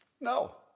No